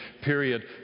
period